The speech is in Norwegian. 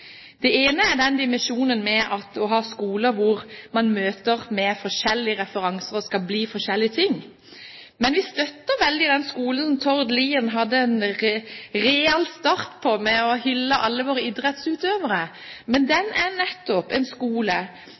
Det ene er dimensjonen med å ha skoler hvor man møter forskjellige referanser og skal bli forskjellige ting, men vi støtter den skolen som Tord Lien hadde en real start på, med å hylle alle våre idrettsutøvere. Men det er nettopp en skole